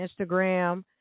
Instagram